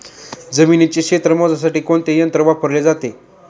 जमिनीचे क्षेत्र मोजण्यासाठी कोणते यंत्र वापरले जाते?